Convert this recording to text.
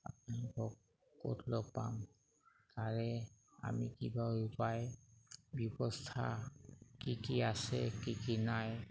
আমি হওক ক'ত লগ পাম তাৰে আমি কিবা উপায় ব্যৱস্থা কি কি আছে কি কি নায়